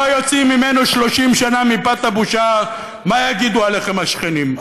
יוצאים ממנו 30 שנה מפאת הבושה מה יגידו עליכם השכנים.